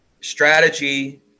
strategy